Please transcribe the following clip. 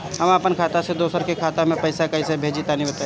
हम आपन खाता से दोसरा के खाता मे पईसा कइसे भेजि तनि बताईं?